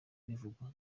bivugwa